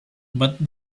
but